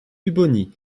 pupponi